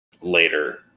later